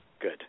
good